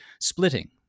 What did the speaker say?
splitting